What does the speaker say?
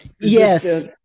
yes